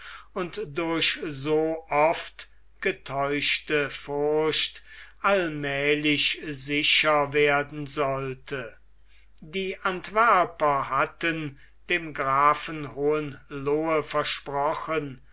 und durch so oft getäuschte furcht allmählich sicher werden sollte die antwerper hatten dem grafen hohenlohe versprochen